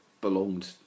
Belonged